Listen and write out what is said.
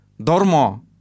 dormo